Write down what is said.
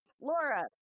Laura